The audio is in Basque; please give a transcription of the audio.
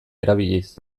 erabiliz